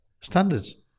standards